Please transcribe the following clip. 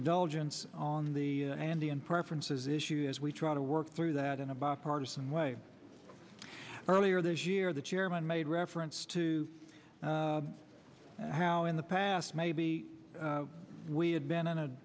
indulgence on the andy and preferences issue as we try to work through that in a bipartisan way earlier this year the chairman made reference to how in the past maybe we had been in a